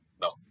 No